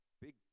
big